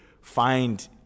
find